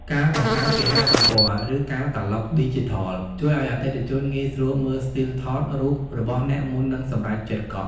ការបង្កើតគេហទំព័រ ឬកាតាឡុកឌីជីថល ជួយឱ្យអតិថិជនងាយស្រួលមើលស្ទីលថតរូបរបស់អ្នកមុននឹងសម្រេចចិត្តកក់។